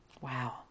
Wow